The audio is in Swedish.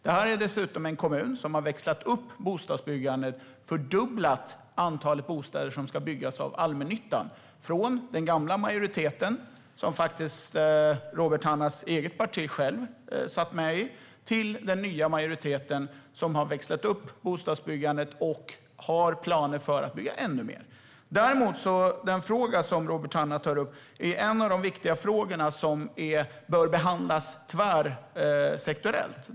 Det här är dessutom en kommun som har växlat upp bostadsbyggandet och fördubblat antalet bostäder som ska byggas av allmännyttan. Det är från den gamla majoriteten, som Robert Hannahs eget parti satt med i, till den nya majoriteten som har växlat upp bostadsbyggandet och har planer på att bygga ännu mer. Robert Hannahs fråga är en av de viktiga frågor som bör behandlas tvärsektoriellt.